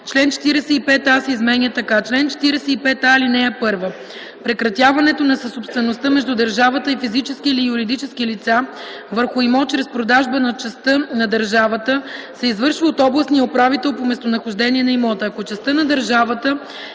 Член 45а се изменя така: „Чл. 45а. (1) Прекратяването на съсобствеността между държавата и физически или юридически лица върху имот чрез продажба на частта на държавата се извършва от областния управител по местонахождение на имота.